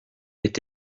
est